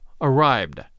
arrived